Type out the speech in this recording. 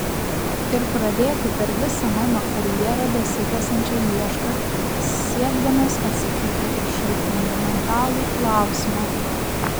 ir pradėti per visą mano karjerą besitęsiančią iešką siekdamas atsakyti į šį fundamentalų klausimą